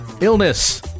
illness